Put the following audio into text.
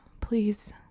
Please